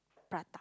Prata